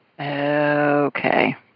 Okay